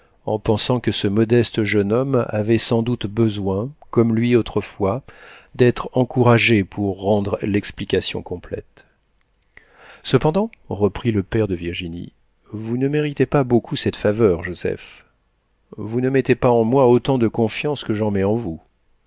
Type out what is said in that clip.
en pensant que ce modeste jeune homme avait sans doute besoin comme lui autrefois d'être encouragé pour rendre l'explication complète cependant reprit le père de virginie vous ne méritez pas beaucoup cette faveur joseph vous ne mettez pas en moi autant de confiance que j'en mets en vous